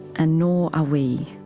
and nor are we.